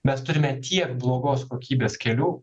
mes turime tiek blogos kokybės kelių